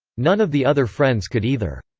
none of the other friends could either.